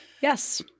Yes